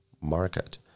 market